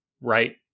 right